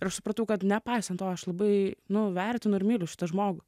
ir aš supratau kad nepaisant to aš labai nu vertinu ir myliu šitą žmogų